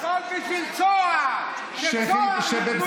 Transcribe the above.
הכול בשביל צהר, שצהר יוכלו להכניס יד לכיס.